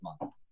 month